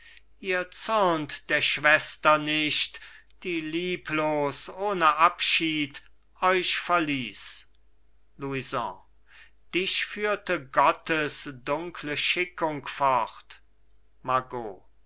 ihr zürnt der schwester nicht die lieblos ohne abschied euch verließ louison dich führte gottes dunkle schickung fort margot